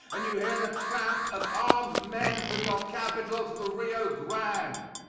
and you hear the tramp of armed men from your capitol to the rio grande.